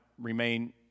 remain